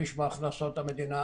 שליש מהכנסות המדינה,